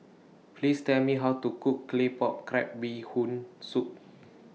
Please Tell Me How to Cook Claypot Crab Bee Hoon Soup